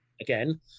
again